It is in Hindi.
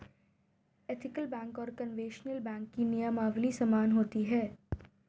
एथिकलबैंक और कन्वेंशनल बैंक की नियमावली समान होती है